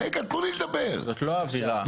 זאת לא האווירה.